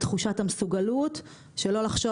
שצריכים לקבל את תחושת המסוגלות ולא לחשוב